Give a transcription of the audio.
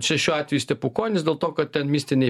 čia šiuo atveju stepukonis dėl to kad ten mistiniai